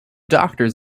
doctors